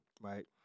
right